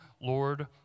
Lord